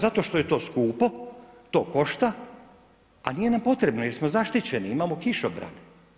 Zato što je to skupo, to košta, a nije nam potrebno jer smo zaštićeni, imamo kišobran.